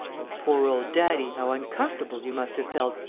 but, poor old daddy, how uncomfortable you must have felt,